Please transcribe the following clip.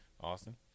Austin